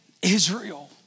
Israel